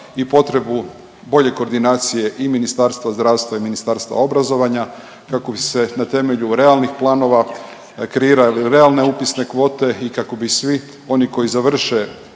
i potrebu bolje koordinacije i Ministarstva zdravstva i Ministarstva obrazovanja kako bi se na temelju realnih planova kreirali realne upisne kvote i kako bi svi oni koji završe